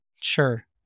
sure